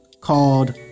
called